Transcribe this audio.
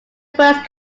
first